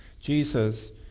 Jesus